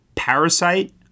Parasite